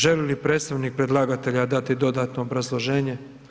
Želi li predstavnik predlagatelja dati dodatno obrazloženje?